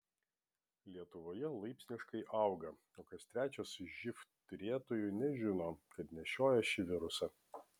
lietuvoje laipsniškai auga o kas trečias iš živ turėtojų nežino kad nešioja šį virusą